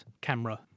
camera